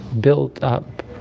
built-up